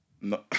No